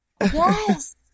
yes